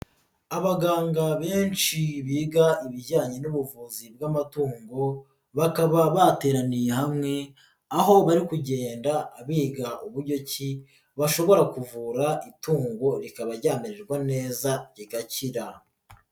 Abaganga benshi biga ibijyanye n'ubuvuzi bw'amatungo, bakaba bateraniye hamwe aho bari kugenda biga uburyo ki bashobora kuvura itungo rikaba ryamererwa neza rigakira.